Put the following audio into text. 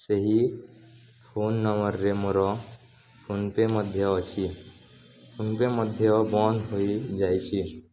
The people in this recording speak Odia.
ସେହି ଫୋନ ନମ୍ବରରେ ମୋର ଫୋନ ପେ ମଧ୍ୟ ଅଛି ଫୋନ ପେ ମଧ୍ୟ ବନ୍ଦ ହୋଇଯାଇଛି